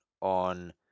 on